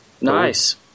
Nice